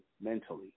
mentally